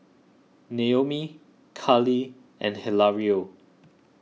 Naomi Carlee and Hilario